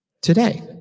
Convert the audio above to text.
Today